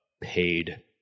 paid